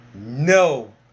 No